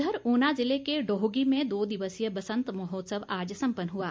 उधर ऊना ज़िले के डोहगी में दो दिवसीय बसंत महोत्सव आज सम्पन्न हुआ